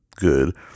good